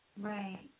Right